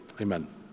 Amen